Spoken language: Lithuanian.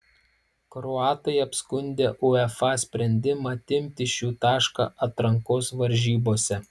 kroatai apskundė uefa sprendimą atimti iš jų tašką atrankos varžybose